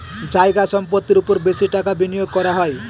জায়গা সম্পত্তির ওপর বেশি টাকা বিনিয়োগ করা হয়